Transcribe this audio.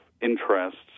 interests